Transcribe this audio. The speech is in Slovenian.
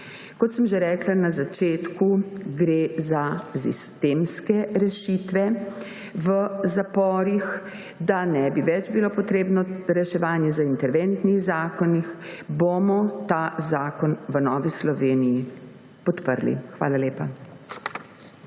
Kot sem že rekla na začetku, gre za sistemske rešitve v zaporih, da ne bi bilo več potrebno reševanje v interventnih zakonih, bomo ta zakon v Novi Sloveniji podprli. Hvala lepa.